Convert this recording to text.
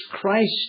Christ